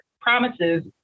promises